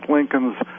Lincoln's